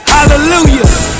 Hallelujah